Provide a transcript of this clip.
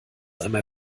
einmal